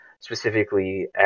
specifically